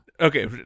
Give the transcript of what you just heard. Okay